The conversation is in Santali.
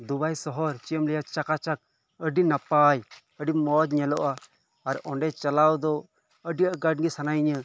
ᱫᱩᱵᱟᱭ ᱥᱚᱦᱚᱨ ᱪᱮᱫ ᱮᱢ ᱞᱟᱹᱭᱟ ᱪᱟᱠᱟ ᱪᱟᱠ ᱟᱰᱤ ᱱᱟᱯᱟᱭ ᱟᱰᱤ ᱢᱚᱸᱡᱽ ᱧᱮᱞᱚᱜᱼᱟ ᱟᱨ ᱚᱸᱰᱮ ᱪᱟᱞᱟᱣ ᱫᱚ ᱟᱰᱤ ᱟᱸᱴᱜᱮ ᱥᱟᱱᱟᱧᱟ